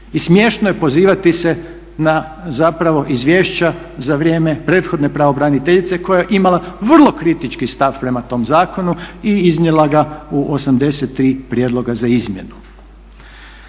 I smiješno je pozivati se na zapravo izvješća za vrijeme prethodne pravobraniteljice koja je imala vrlo kritički stav prema tom zakonu i iznijela ga u 83 prijedloga za izmjenu.